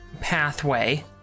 pathway